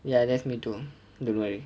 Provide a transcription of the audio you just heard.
ya that's me too don't worry